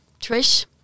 Trish